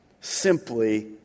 simply